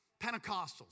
Pentecostals